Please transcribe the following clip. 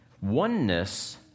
Oneness